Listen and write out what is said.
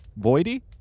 Voidy